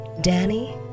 Danny